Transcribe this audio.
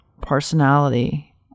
personality